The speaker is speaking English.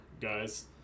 Guys